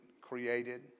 created